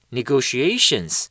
Negotiations